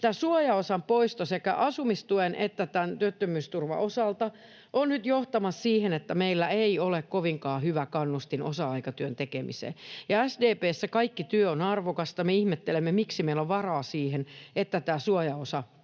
Tämä suojaosan poisto sekä asumistuen että tämän työttömyysturvan osalta on nyt johtamassa siihen, että meillä ei ole kovinkaan hyvä kannustin osa-aikatyön tekemiseen. SDP:ssä kaikki työ on arvokasta, ja me ihmettelemme, miten meillä on varaa siihen, että tämä suojaosa poistetaan.